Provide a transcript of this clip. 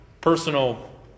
personal